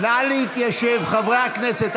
נא להתיישב, חברי הכנסת.